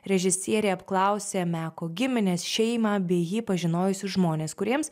režisierė apklausė meko gimines šeimą bei jį pažinojusius žmones kuriems